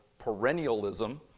perennialism